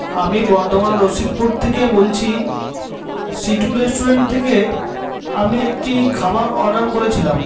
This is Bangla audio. আমি বর্ধমান রশিকপুর থেকে বলছি সিটু রেস্টুরেন্ট থেকে আমি একটি খাবার অর্ডার করেছিলাম